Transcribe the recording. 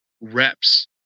reps